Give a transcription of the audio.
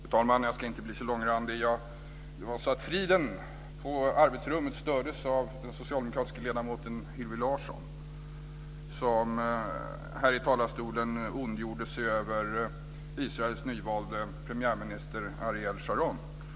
Fru talman! Jag ska inte bli så långrandig. Det var så att friden på arbetsrummet stördes av den socialdemokratiska ledamoten Hillevi Larsson som här i talarstolen ondgjorde sig över Israels nyvalde premiärminister Ariel Sharon.